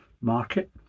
market